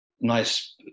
nice